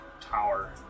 tower